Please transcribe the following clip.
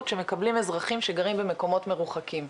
שמקבלים אזרחים שגרים במקומות מרוחקים.